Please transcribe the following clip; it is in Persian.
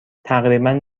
تقریبا